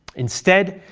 instead,